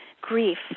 grief